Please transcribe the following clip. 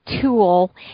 tool